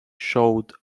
showed